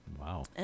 Wow